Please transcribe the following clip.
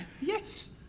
Yes